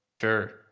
Sure